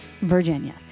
Virginia